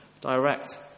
direct